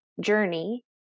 journey